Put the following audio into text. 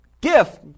gift